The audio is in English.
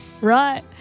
Right